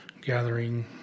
gathering